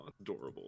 adorable